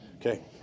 Okay